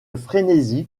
frénésie